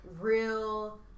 real